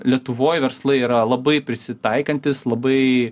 lietuvoj verslai yra labai prisitaikantys labai